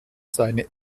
seine